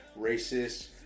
racist